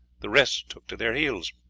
the rest took to their heels.